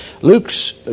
Luke's